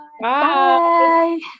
Bye